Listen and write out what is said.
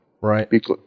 Right